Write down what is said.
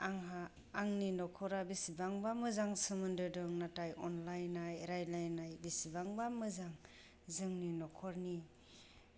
आंहा आंनि न'खरा बिसिबांबा मोजां सोमोनदो दं नाथाय अनलायनाय रायज्लायनाय बिसिबांबा मोजां जोंनि न'खरनि